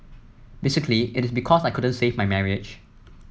basically it is because I couldn't save my marriage